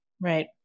Right